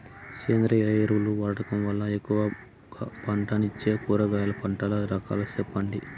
సేంద్రియ ఎరువులు వాడడం వల్ల ఎక్కువగా పంటనిచ్చే కూరగాయల పంటల రకాలు సెప్పండి?